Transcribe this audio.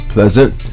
Pleasant